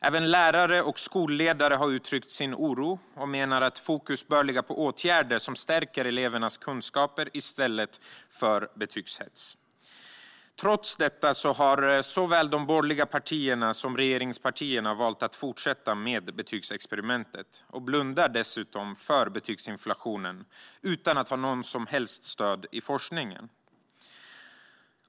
Även lärare och skolledare har uttryckt sin oro och menar att fokus bör ligga på åtgärder som stärker elevers kunskaper i stället för på att skapa betygshets. Trots det har såväl de borgerliga partierna som regeringspartierna valt att fortsätta med betygsexperimentet och blundar dessutom för betygsinflationen utan att ha något som helst stöd i forskningen.